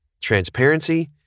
Transparency